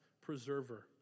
preserver